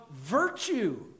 virtue